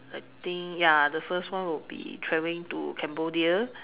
I think ya the first one will be traveling to Cambodia